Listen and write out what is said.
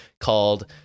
called